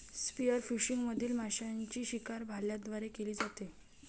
spearfishing मधील माशांची शिकार भाल्यांद्वारे केली जाते